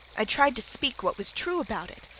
i tried to speak what was true about it,